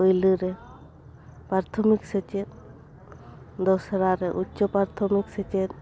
ᱯᱩᱭᱞᱳ ᱨᱮ ᱯᱨᱟᱛᱷᱚᱢᱤᱠ ᱥᱮᱪᱮᱫ ᱫᱚᱥᱨᱟ ᱨᱮ ᱩᱪᱪᱚ ᱯᱨᱟᱛᱷᱚᱢᱤᱠ ᱥᱮᱪᱮᱫ